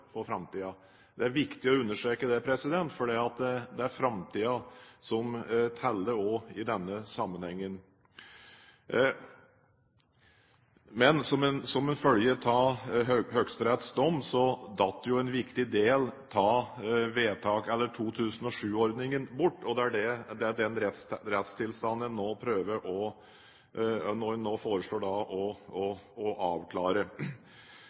for framtiden. Det er viktig å understreke det, for det er framtiden som teller også i denne sammenhengen. Men som en følge av Høyesteretts dom falt jo en viktig del av 2007-ordningen bort, og det er den rettstilstanden en nå foreslår å avklare. Skattefritaket videreføres, og selskaper med uoppgjort skatt eller latente skatteforpliktelser fra før 2007 kan velge mellom en